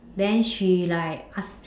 then she like ask